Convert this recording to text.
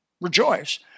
Rejoice